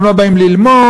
הם לא באים ללמוד,